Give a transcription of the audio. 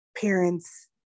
parents